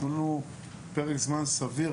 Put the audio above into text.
תנו לנו פרק זמן סביר,